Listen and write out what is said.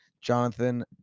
jonathan